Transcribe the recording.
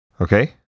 Okay